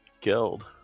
killed